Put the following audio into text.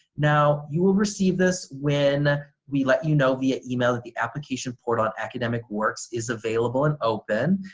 now you will receive this when we let you know via email the application report on academic works is available and open.